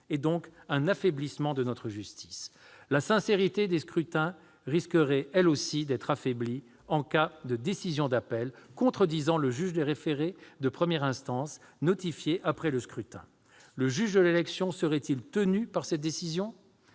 donc un affaiblissement de notre justice. La sincérité des scrutins risquerait, elle aussi, d'être affaiblie en cas de décision d'appel contredisant le juge des référés de première instance, notifiée après le scrutin. Le juge de l'élection serait-il tenu par cette décision ?